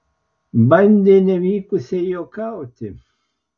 bandė nevykusiai juokauti